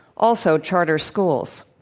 also, charter schools.